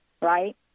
right